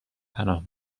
پناه